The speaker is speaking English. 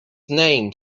named